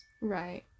Right